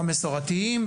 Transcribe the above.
גם מסורתיים,